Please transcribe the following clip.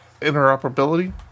interoperability